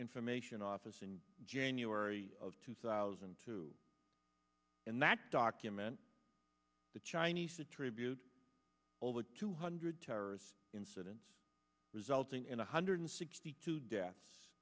information office in january of two thousand and two in that document the chinese attribute over two hundred terrorist incidents resulting in a hundred sixty two deaths